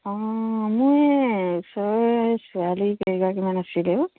অঁ মই ওচৰৰে ছোৱালী কেইগৰাকীমান আছিলে অ'